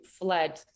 fled